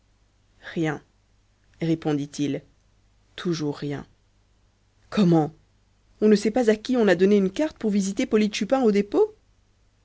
rien répondit-il toujours rien comment on ne sait pas à qui on a donné une carte pour visiter polyte chupin au dépôt